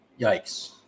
Yikes